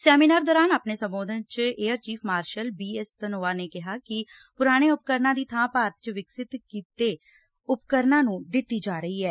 seminar ਦੌਰਾਨ ਆਪਣੇ ਸੰਬੋਧਨ ਚ air chief marshal B S Dhanoa ਨੇ ਕਿਹਾ ਕਿ ਪੁਰਾਣੇ ਉਪਕਰਨਾਂ ਦੀ ਥਾਂ ਭਾਰਤ ਚ ਵਿਕਸਿਤ ਕੀਤੇ ਉਪਕਰਨਾਂ ਨੂੰ ਦਿੱਤੀ ਜਾ ਰਹੀ ਏ